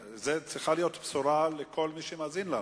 צריכה להיות בשורה לכל מי שמאזין לנו.